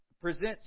presents